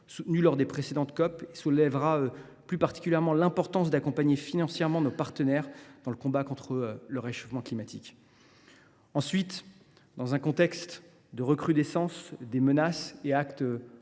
soutenu lors des précédentes COP et soulèvera plus particulièrement l’importance d’accompagner financièrement nos partenaires dans le combat contre le réchauffement climatique. Ensuite, dans un contexte de recrudescence des menaces et des